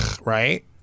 Right